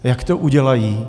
Jak to udělají?